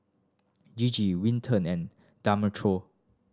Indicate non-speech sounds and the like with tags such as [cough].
Gigi Winton and [unintelligible]